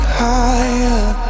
higher